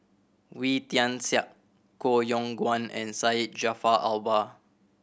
Wee Tian Siak Koh Yong Guan and Syed Jaafar Albar